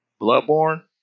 Bloodborne